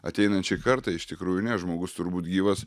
ateinančiai kartai iš tikrųjų ne žmogus turbūt gyvas